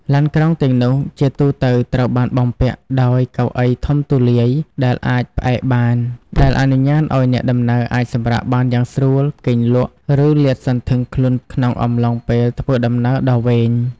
ឡានក្រុងទាំងនោះជាទូទៅត្រូវបានបំពាក់ដោយ កៅអីធំទូលាយដែលអាចផ្អែកបាន ដែលអនុញ្ញាតឱ្យអ្នកដំណើរអាចសម្រាកបានយ៉ាងស្រួល គេងលក់ ឬលាតសន្ធឹងខ្លួនបានក្នុងអំឡុងពេលធ្វើដំណើរដ៏វែង។